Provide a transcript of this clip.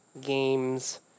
games